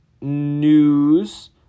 news